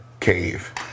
cave